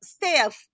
Staff